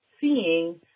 seeing